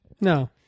No